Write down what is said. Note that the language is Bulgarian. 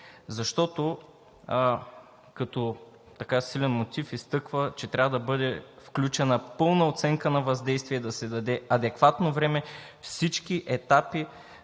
защото като силен мотив изтъква, че трябва да бъде включена пълна оценка на въздействие, да се даде адекватно време всички етапи